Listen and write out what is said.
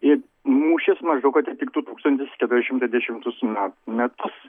ir mūšis maždaug atitiktų tūkstantis keturi šimtai dešimtus me metus